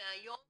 מהיום